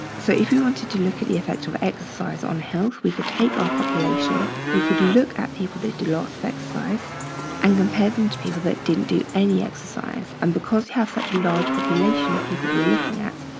so if we wanted to look at the effect of exercise on health, we could take our population, we could look at people that do lots of exercise and compare them to people that didn't do any exercise and because we have such a large population of people we're looking at,